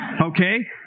Okay